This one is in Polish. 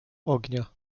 ognia